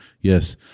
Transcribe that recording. Yes